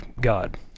God